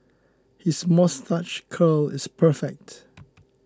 his moustache curl is perfect